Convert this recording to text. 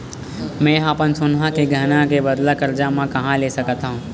मेंहा अपन सोनहा के गहना के बदला मा कर्जा कहाँ ले सकथव?